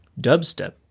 dubstep